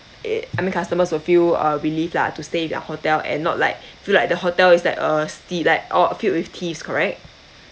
eh I mean customers will feel uh relieve lah to stay in their hotel and not like feel like the hotel is that err steal like or filled with thieves correct